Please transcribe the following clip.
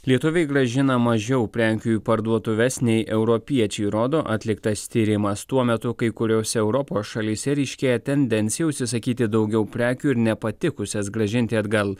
lietuviai grąžina mažiau prekių į parduotuves nei europiečiai rodo atliktas tyrimas tuo metu kai kuriose europos šalyse ryškėja tendencija užsisakyti daugiau prekių ir nepatikusias grąžinti atgal